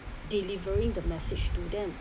delivering the message to them